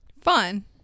Fun